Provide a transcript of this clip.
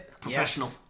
Professional